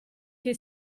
che